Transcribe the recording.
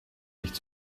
nicht